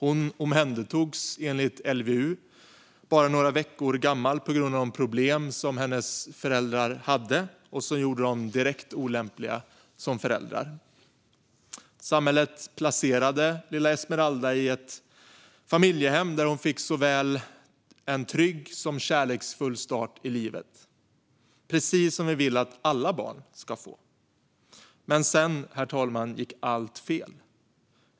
Hon omhändertogs enligt LVU bara några veckor gammal på grund av de problem som hennes föräldrar hade och som gjorde dem direkt olämpliga som föräldrar. Samhället placerade lilla Esmeralda i ett familjehem där hon fick en trygg och kärleksfull start i livet, precis som vi vill att alla barn ska få. Men sedan, herr talman, gick allt fel.